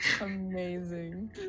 amazing